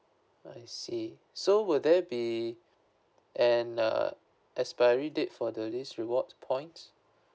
I see so will there be an uh expiry date for the these reward points